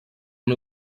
amb